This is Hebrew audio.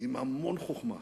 עם המון חוכמה,